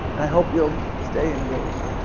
and i hope you'll stay engaged.